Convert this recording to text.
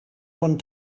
von